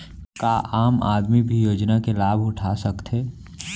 का आम आदमी भी योजना के लाभ उठा सकथे?